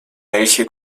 welche